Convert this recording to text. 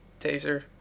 taser